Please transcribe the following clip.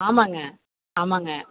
ஆமாங்க ஆமாங்க